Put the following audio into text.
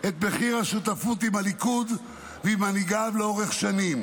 את מחיר השותפות עם הליכוד ועם מנהיגיו לאורך שנים.